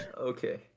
Okay